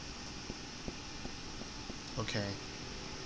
okay